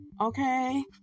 okay